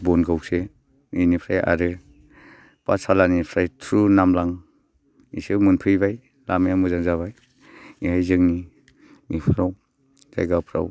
बनगावसे बेनिफ्राय आरो पाथसालानिफ्राय टु नामलां इसे मोनफैबाय लामाया मोजां जाबाय जोंनि जायगाफ्राव